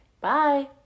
Bye